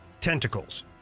tentacles